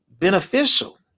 Beneficial